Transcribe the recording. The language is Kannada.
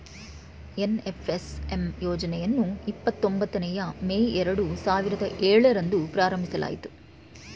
ಎನ್.ಎಫ್.ಎಸ್.ಎಂ ಯೋಜನೆಯನ್ನು ಇಪ್ಪತೊಂಬತ್ತನೇಯ ಮೇ ಎರಡು ಸಾವಿರದ ಏಳರಂದು ಪ್ರಾರಂಭಿಸಲಾಯಿತು